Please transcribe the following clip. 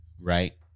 right